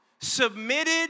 Submitted